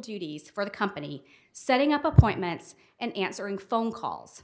duties for the company setting up appointments and answering phone calls